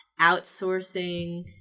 outsourcing